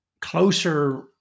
closer